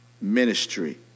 ministry